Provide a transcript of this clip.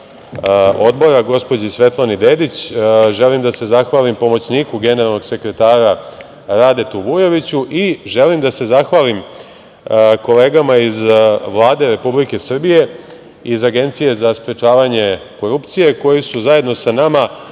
Odbora, gospođi Svetlani Dedić. Želim da se zahvalim pomoćniku generalnog sekretara Radetu Vujoviću i želim da se zahvalim kolegama iz Vlade Republike Srbije, iz Agencije za sprečavanje korupcije, koji su zajedno sa nama